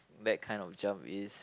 that kind of jump is